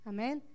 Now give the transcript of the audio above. Amen